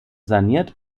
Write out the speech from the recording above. saniert